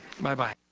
Bye-bye